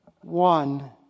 one